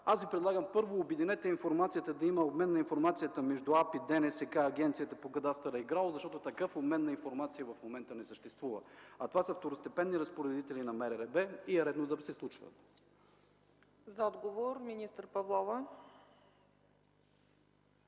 Аз Ви предлагам: първо обединете информацията, за да има обмен на информацията между УАБ, ДНСК, Агенцията по кадастъра и ГРАО, защото такъв обмен на информация в момента не съществува. А това са второстепенни разпоредители на МРРБ и е редно да се вслушват.